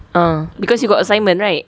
ah because you got assignment right